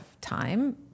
time